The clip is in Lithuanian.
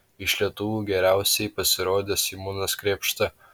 iš lietuvių geriausiai pasirodė simonas krėpšta